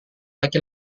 laki